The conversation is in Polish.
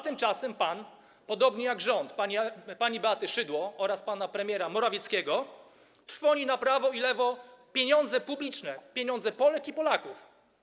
Tymczasem pan, podobnie jak rząd pani Beaty Szydło oraz pana premiera Morawieckiego, trwoni na prawo i lewo pieniądze publiczne, pieniądze Polek i Polaków.